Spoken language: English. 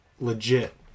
legit